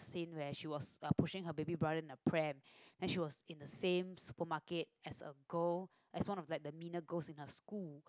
scene where she was uh pushing her baby brother in the pram then she was in the same supermarket as a girl as one of like the meaner girls in her school